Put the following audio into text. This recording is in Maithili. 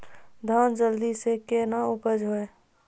धान जल्दी से के ना उपज तो?